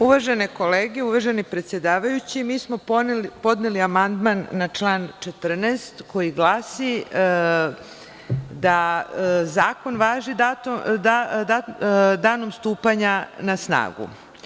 Uvažene kolege, uvaženi predsedavajući, mi smo podneli amandman na član 14. koji glasi da zakon važi danom stupanja na snagu.